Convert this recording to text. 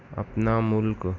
اپنا ملک